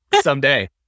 Someday